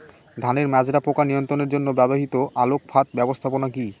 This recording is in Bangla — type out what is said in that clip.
ধানের মাজরা পোকা নিয়ন্ত্রণের জন্য ব্যবহৃত আলোক ফাঁদ ব্যবস্থাপনা কি?